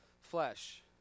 flesh